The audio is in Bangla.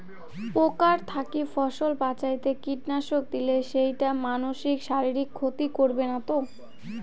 পোকার থাকি ফসল বাঁচাইতে কীটনাশক দিলে সেইটা মানসির শারীরিক ক্ষতি করিবে না তো?